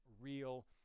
real